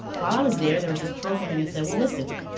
while i was there there was this program that said, well listen,